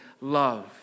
love